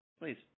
please